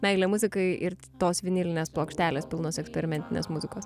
meilė muzikai ir tos vinilinės plokštelės pilnos eksperimentinės muzikos